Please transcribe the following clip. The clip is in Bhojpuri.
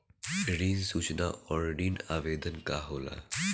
ऋण सूचना और ऋण आवेदन का होला?